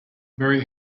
very